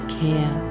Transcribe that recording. care